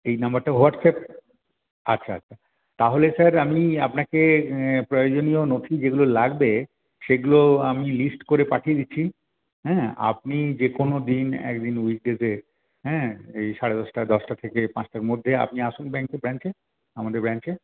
এই নাম্বারটা হোয়াটসঅ্যাপ আচ্ছা আচ্ছা তাহলে স্যার আমি আপনাকে প্রয়োজনীয় নথি যেগুলো লাগবে সেগুলো আমি লিস্ট করে পাঠিয়ে দিচ্ছি হ্যাঁ আপনি যেকোনো দিন একদিন উইকডেজে হ্যাঁ এই সাড়ে দশটা দশটা থেকে পাঁচটার মধ্যে আপনি আসুন ব্যাংকের ব্রাঞ্চে আমাদের ব্রাঞ্চে